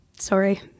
Sorry